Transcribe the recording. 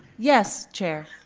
yes, chair.